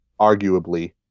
arguably